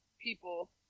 people